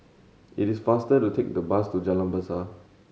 it is faster to take the bus to Jalan Besar